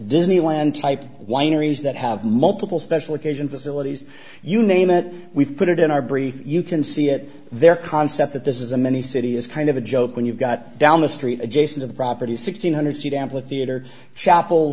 disneyland type wineries that have multiple special occasion facilities you name it we've put it in our brief you can see it their concept that this is a mini city is kind of a joke when you've got down the street adjacent of the property six hundred seat and with the iter chapel